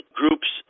groups